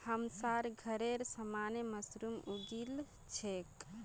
हमसार घरेर सामने मशरूम उगील छेक